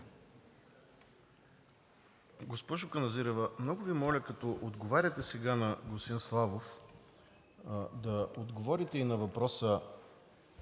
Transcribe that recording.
Госпожо Каназирева, много Ви моля, като отговаряте сега на господин Славов, да отговорите и на въпроса: